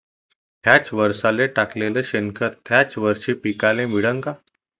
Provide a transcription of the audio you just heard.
थ्याच वरसाले टाकलेलं शेनखत थ्याच वरशी पिकाले मिळन का?